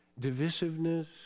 divisiveness